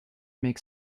make